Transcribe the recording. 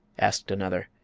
asked another.